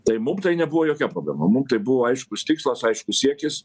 tai mum tai nebuvo jokia problema mum tai buvo aiškus tikslas aiškus siekis